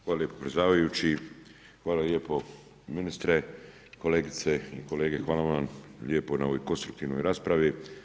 Hvala lijepo predsjedavajući, hvala lijepo ministre, kolegice i kolege, hvala vam lijepo na ovoj konstruktivnoj raspravi.